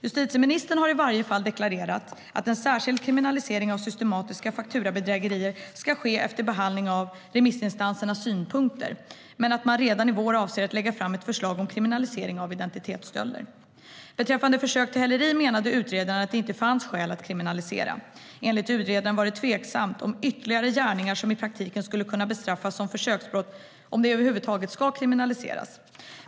Justitieministern har i varje fall deklarerat att särskild kriminalisering av systematiska fakturabedrägerier ska ske efter behandling av remissinstansernas synpunkter men att man redan i vår avser att lägga fram ett förslag om kriminalisering av identitetsstölder. Beträffande försök till häleri menade utredaren att det inte fanns skäl att kriminalisera. Enligt utredaren var det tveksamt om ytterligare gärningar som i praktiken skulle kunna bestraffas som försöksbrott över huvud taget ska kriminaliseras.